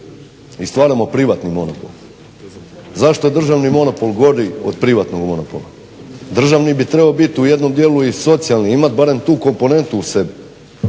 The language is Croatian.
i stvaramo privatni monopol. Zašto je državni monopol gori od privatnog monopola? Državni bi trebao biti u jednom dijelu socijalni, imati barem tu komponentu u sebi.